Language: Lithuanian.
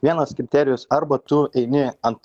vienas kriterijus arba tu eini ant